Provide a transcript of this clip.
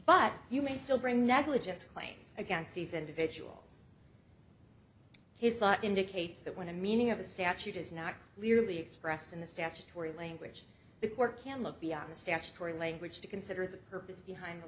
but you may still bring negligence claims against these individuals his thought indicates that when the meaning of a statute is not clearly expressed in the statutory language the court can look beyond the statutory language to consider the purpose behind the